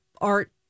art